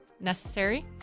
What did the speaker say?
Necessary